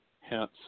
hence